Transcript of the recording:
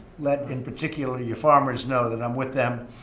let, in particular, your farmers know that i'm with them.